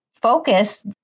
focus